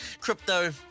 crypto